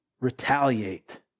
retaliate